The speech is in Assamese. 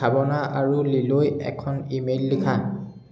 ভাৱনা আৰু লীলৈ এখন ইমেইল লিখা